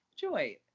joy